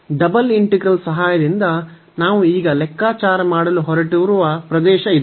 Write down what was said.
double integral ಸಹಾಯದಿಂದ ನಾವು ಈಗ ಲೆಕ್ಕಾಚಾರ ಮಾಡಲು ಹೊರಟಿರುವ ಪ್ರದೇಶ ಇದು